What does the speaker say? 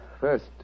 First